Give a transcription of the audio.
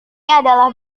adalah